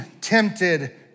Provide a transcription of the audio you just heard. tempted